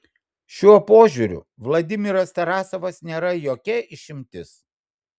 šiuo požiūriu vladimiras tarasovas nėra jokia išimtis